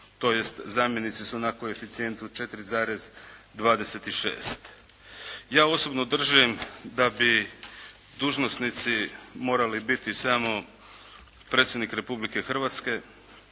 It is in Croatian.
tj. zamjenici su na koeficijentu 4,26. Ja osobno držim da bi dužnosnici morali biti samo predsjednik Republike Hrvatske,